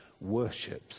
worships